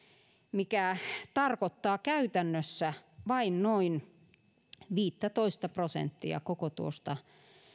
mikä tarkoittaa käytännössä vain noin viittätoista prosenttia koko tuosta